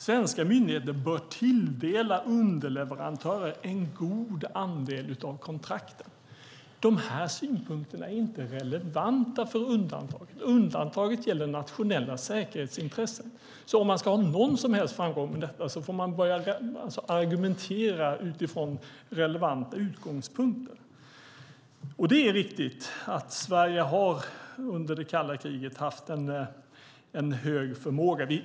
Svenska myndigheter bör tilldela underleverantörer en god andel av kontrakten." De här synpunkterna är inte relevanta för undantaget. Undantaget gäller nationella säkerhetsintressen. Om man ska ha någon som helst framgång med detta får man argumentera utifrån relevanta utgångspunkter. Det är viktigt att Sverige under det kalla kriget har haft en hög förmåga.